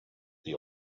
the